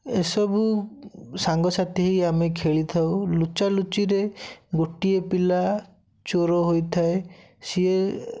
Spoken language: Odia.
ଏସବୁ ସାଙ୍ଗସାଥୀ ହେଇ ଆମେ ଖେଳିଥାଉ ଲୁଚାଲୁଚିରେ ଗୋଟିଏ ପିଲା ଚୋର ହୋଇଥାଏ ସିଏ